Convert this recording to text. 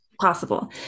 possible